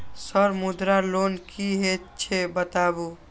Sir Mudra loan की हे छे बताबू?